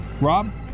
Rob